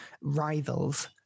rivals